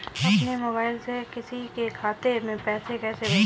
अपने मोबाइल से किसी के खाते में पैसे कैसे भेजें?